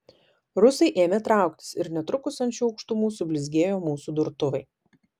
rusai ėmė trauktis ir netrukus ant šių aukštumų sublizgėjo mūsų durtuvai